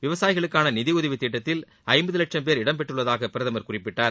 விவசாயிகளுக்கான நிதியுதவி திட்டத்தில் ஐம்பது லட்சம் பேர் இடம் பெற்றுள்ளதாக பிரதமர் குறிப்பிட்டார்